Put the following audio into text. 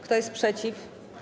Kto jest przeciw?